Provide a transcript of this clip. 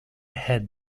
had